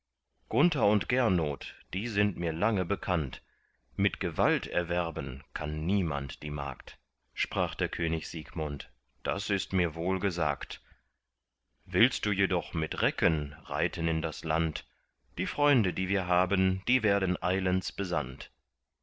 gunther und gernot die sind mir lange bekannt mit gewalt erwerben kann niemand die magd sprach der könig siegmund das ist mir wohl gesagt willst du jedoch mit recken reiten in das land die freunde die wir haben die werden eilends besandt